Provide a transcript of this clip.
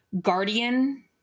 guardian